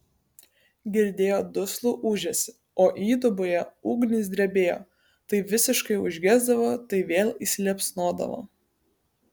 girdėjo duslų ūžesį o įduboje ugnys drebėjo tai visiškai užgesdavo tai vėl įsiliepsnodavo